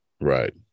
Right